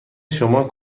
شما